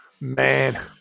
man